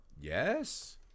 Yes